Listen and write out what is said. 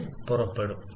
ന് പുറപ്പെടും